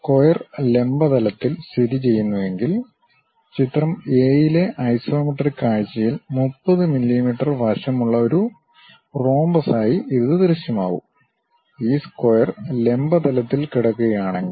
square ലംബ തലത്തിൽ സ്ഥിതിചെയ്യുന്നുവെങ്കിൽ ചിത്രം എ യിലെ ഐസോമെട്രിക് കാഴ്ചയിൽ 30 മില്ലീമീറ്റർ വശമുള്ള ഒരു റോമ്പസായി ഇത് ദൃശ്യമാകും ഈ സ്ക്വയർ ലംബ തലത്തിൽ കിടക്കുകയാണെങ്കിൽ